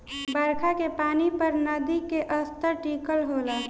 बरखा के पानी पर नदी के स्तर टिकल होला